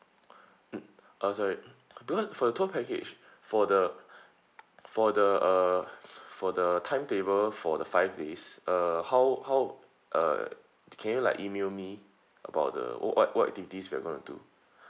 mm ah sorry because for the tour package for the for the uh for the time table for the five days uh how how uh can you like email me about the what what activities we're gonna do